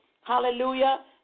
hallelujah